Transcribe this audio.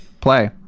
play